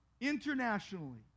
internationally